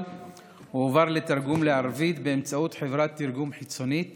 הועבר לתרגום לערבית באמצעות חברת תרגום חיצונית